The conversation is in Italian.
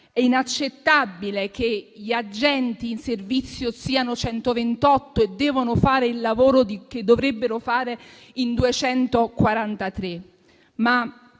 È inaccettabile che gli agenti in servizio siano 128 e debbano fare il lavoro che dovrebbero fare in 243.